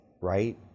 right